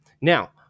Now